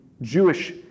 Jewish